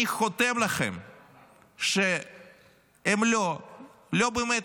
אני חותם לכם שהם לא באמת,